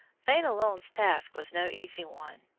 fenelon's task was no easy one,